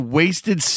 wasted